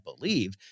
believe